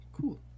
cool